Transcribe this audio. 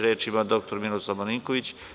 Reč ima dr Miroslav Marinković.